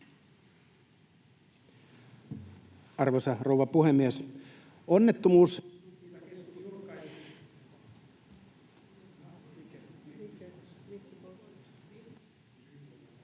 Arvoisa rouva puhemies! Onnettomuustutkintakeskus